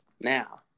Now